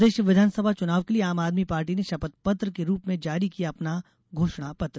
प्रदेश विधानसभा चुनाव के लिये आम आदमी पार्टी ने शपथ पत्र के रूप में जारी किया अपना घोषणा पत्र